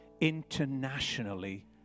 internationally